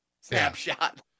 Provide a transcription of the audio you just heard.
snapshot